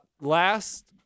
last